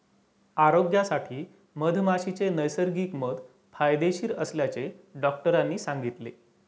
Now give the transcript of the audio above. आरोग्यासाठी मधमाशीचे नैसर्गिक मध फायदेशीर असल्याचे डॉक्टरांनी सांगितले